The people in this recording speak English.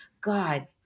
god